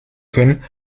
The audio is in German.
können